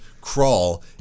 crawl